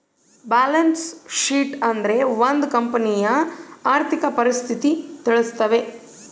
balance sheet ಅಂದ್ರೆ ಒಂದ್ ಕಂಪನಿಯ ಆರ್ಥಿಕ ಪರಿಸ್ಥಿತಿ ತಿಳಿಸ್ತವೆ